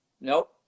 Nope